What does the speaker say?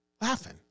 laughing